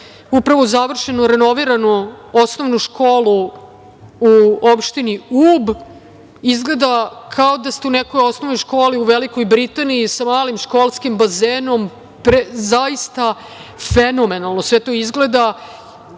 upravo završenu renoviranu osnovnu školu u opštini Ub. Izgleda kao da ste u nekoj osnovnoj školi u Velikoj Britaniji, sa malim školskim bazenom. Zaista fenomenalno sve to izgleda